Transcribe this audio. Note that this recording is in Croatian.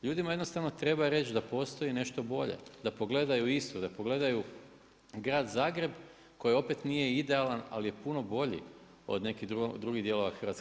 Ljudima jednostavno treba reći da postoji nešto bolje, da pogledaju Istru, da pogledaju Grad Zagreb, koji opet nije idealan, ali je puno bolji od nekih drugih dijelova Hrvatske.